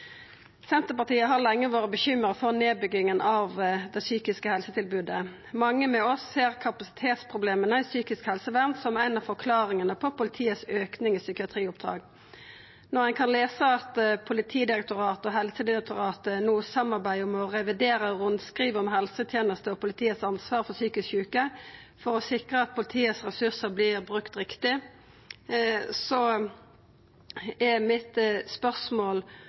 Senterpartiet har lenge vore bekymra for nedbygginga av det psykiske helsetilbodet. Mange med oss ser kapasitetsproblema i psykisk helsevern som ei av forklaringane på auken i psykiatrioppdrag i politiet. Når ein kan lesa at Politidirektoratet og Helsedirektoratet no samarbeider om å revidera rundskriv om helsetenester og politiets ansvar for psykisk sjuke for å sikra at ressursane i politiet vert brukte riktig, er spørsmålet mitt